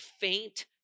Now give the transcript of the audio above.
faint